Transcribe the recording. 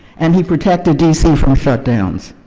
and he protected d c. from shutdowns.